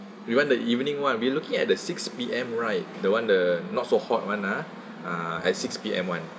we want the evening [one] we looking at the six P_M right the one the not so hot [one] ah at six P_M [one]